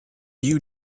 you